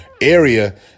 area